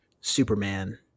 Superman